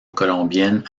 colombienne